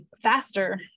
faster